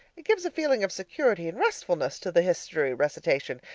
it gives a feeling of security and restfulness to the history recitation,